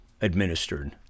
administered